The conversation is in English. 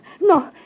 No